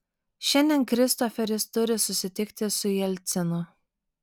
šiandien kristoferis turi susitikti su jelcinu